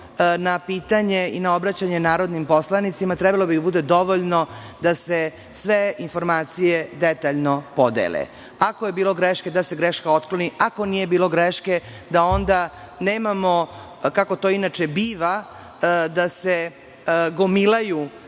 na pitanje i na obraćanje narodnim poslanicima trebalo bi da bude dovoljno da se sve informacije detaljno podele. Ako je bilo greške, da se greška otkloni. Ako nije bilo greške, da onda nemamo, kako to inače biva, da se gomilaju